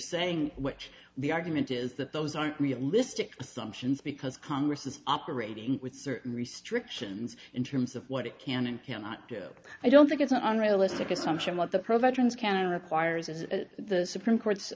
saying which the argument is that those aren't realistic assumptions because congress is operating with certain restrictions in terms of what it can and cannot do i don't think it's an unrealistic assumption what the profile trans canada requires is the supreme court's